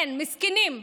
אין, מסכנים.